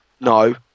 No